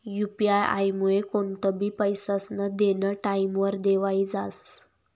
UP आयमुये कोणतंबी पैसास्नं देनं टाईमवर देवाई जास